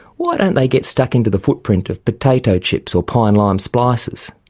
why don't they get stuck into the footprint of potato chips or pine lime splices?